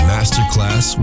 Masterclass